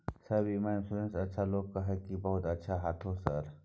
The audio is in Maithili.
सर बीमा इन्सुरेंस अच्छा है लोग कहै छै बहुत अच्छा है हाँथो सर?